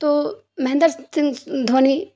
تو مہندر سنگھ دھونی